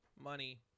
money